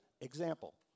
Example